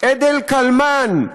אדל קלמן,